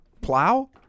plow